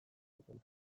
dutela